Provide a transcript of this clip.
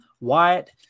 Wyatt